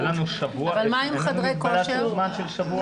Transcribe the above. אין לנו מגבלת זמן של שבוע?